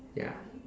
ya